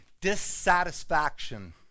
Dissatisfaction